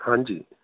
हांजी